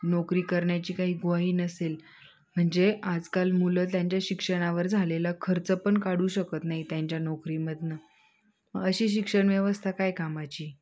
नोकरी करण्याची काही ग्वाही नसेल म्हणजे आजकाल मुलं त्यांच्या शिक्षणावर झालेला खर्च पण काढू शकत नाही त्यांच्या नोकरीमधनं अशी शिक्षण व्यवस्था काय कामाची